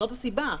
זאת הסיבה.